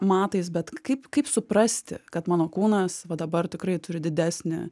matais bet kaip kaip suprasti kad mano kūnas va dabar tikrai turi didesnį